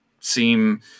seem